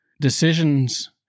decisions